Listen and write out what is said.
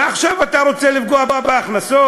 ועכשיו אתה רוצה לפגוע בהכנסות?